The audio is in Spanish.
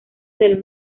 del